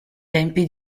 tempi